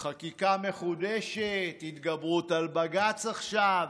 חקיקה מחודשת, התגברות על בג"ץ עכשיו,